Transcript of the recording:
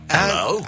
Hello